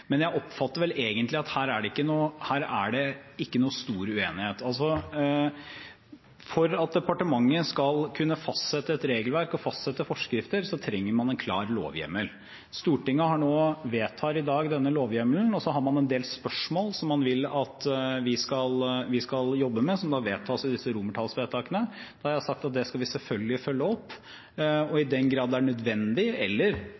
Men jeg oppfatter vel egentlig at her er det ikke noen stor uenighet. For at departementet skal kunne fastsette et regelverk og fastsette forskrifter, trenger man en klar lovhjemmel. Stortinget vedtar i dag denne lovhjemmelen, og så har man en del spørsmål som man vil at vi skal jobbe med, som da står i disse romertallsvedtakene. Jeg har sagt at det skal vi selvfølgelig følge opp. Og i den grad det er nødvendig, eller